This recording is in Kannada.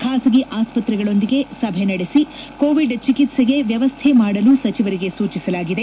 ಖಾಸಗಿ ಆಸ್ಸತ್ರೆಗಳೊಂದಿಗೆ ಸಭೆ ನಡೆಸಿ ಕೋವಿಡ್ ಚಿಕಿತ್ಸೆಗೆ ವ್ಯವಸ್ತೆ ಮಾಡಲು ಸಚಿವರಿಗೆ ಸೂಚಿಸಲಾಗಿದೆ